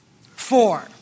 Four